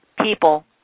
people